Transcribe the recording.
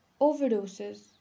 overdoses